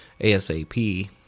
ASAP